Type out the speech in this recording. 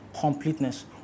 completeness